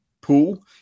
pool